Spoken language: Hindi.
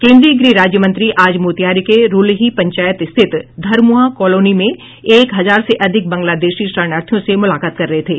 केन्द्रीय गृह राज्य मंत्री आज मोतिहारी के रुलही पंचायत स्थित धरमुहाँ कॉलोनी में एक हजार से अधिक बांग्लादेशी शरणार्थियों से मुलाकात कर रहे थे